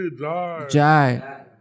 Jai